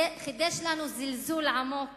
חידש לנו זלזול עמוק